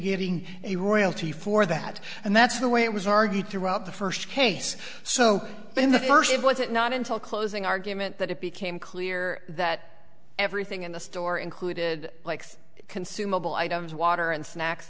getting a royalty for that and that's the way it was argued throughout the first case so in the first it was it not until closing argument that it became clear that everything in the store included likes consumable items water and snacks